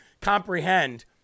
comprehend